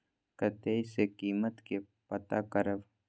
कतय सॅ कीमत के पता करब?